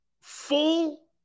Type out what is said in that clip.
Full